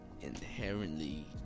inherently